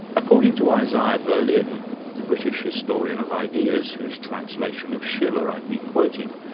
according to isaiah berlin, the british historian of ideas whose translation of schiller i've been quoting,